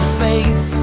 face